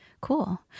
Cool